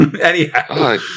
Anyhow